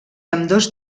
ambdós